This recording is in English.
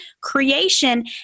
creation